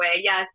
Yes